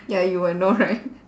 ya you will know right